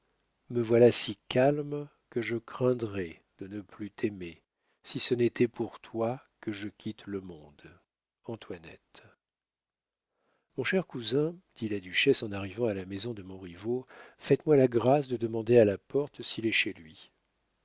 me voilà si calme que je craindrais de ne plus t'aimer si ce n'était pour toi que je quitte le monde antoinette mon cher cousin dit la duchesse en arrivant à la maison de montriveau faites-moi la grâce de demander à la porte s'il est chez lui